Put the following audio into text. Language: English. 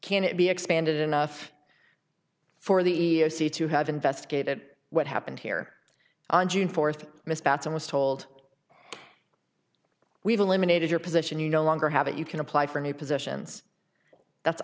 can it be expanded enough for the e e o c to have investigated what happened here on june fourth miss bateson was told we've eliminated your position you no longer have it you can apply for new positions that's